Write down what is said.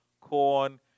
corn